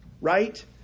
right